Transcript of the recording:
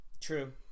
True